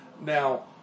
Now